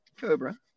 Cobra